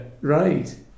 Right